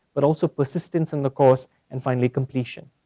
but also persistence in the course, and finally completion.